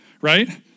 right